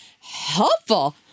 helpful